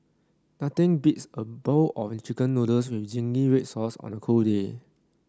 nothing beats a bowl of chicken noodles with zingy red sauce on a cold day